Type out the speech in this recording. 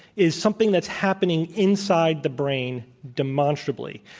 is something that's happening inside the brain, demonstrably.